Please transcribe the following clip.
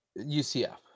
UCF